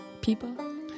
people